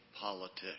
politics